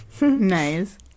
Nice